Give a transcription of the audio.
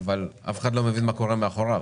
אבל אף אחד לא מבין מה קורה מאחוריו.